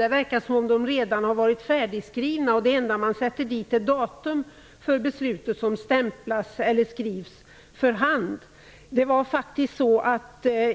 Det verkar som om besluten redan är färdigskrivna och att det enda man sätter dit är datum för beslutet, som stämplas eller skrivs för hand.